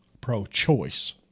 pro-choice